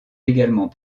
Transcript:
également